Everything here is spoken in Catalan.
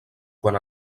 quan